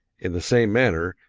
in the same manner,